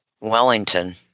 wellington